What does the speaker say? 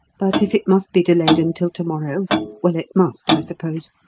but if it must be delayed until to-morrow well, it must, i suppose.